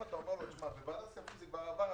אם אתה אומר לו: "בוועדת הכספים כבר אושרה הפקעה,